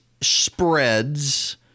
spreads